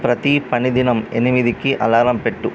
ప్రతీ పనిదినం ఎనిమిదికి అలారం పెట్టు